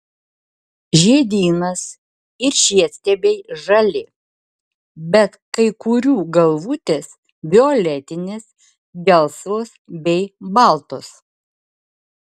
žiedynas ir žiedstiebiai žali bet kai kurių galvutės violetinės gelsvos bei baltos